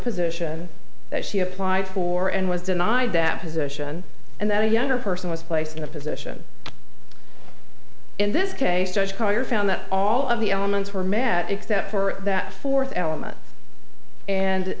position that she applied for and was denied that position and that a younger person was placed in a position in this case judge carter found that all of the elements were met except for that fourth element and